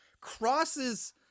crosses